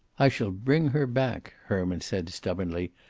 i shall bring her back, herman said, stubbornly.